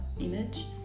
image